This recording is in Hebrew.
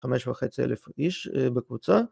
חמש וחצי אלף איש בקבוצה